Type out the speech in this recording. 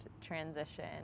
transition